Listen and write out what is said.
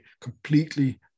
completely